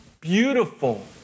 beautiful